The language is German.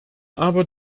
aber